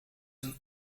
een